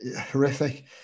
Horrific